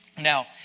Now